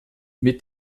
mit